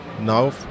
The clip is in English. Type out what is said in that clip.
now